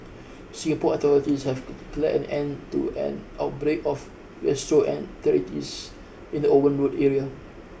Singapore authorities have declared an end to an outbreak of gastroenteritis in the Owen Road area